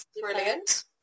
Brilliant